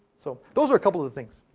so, those are a couple of of things.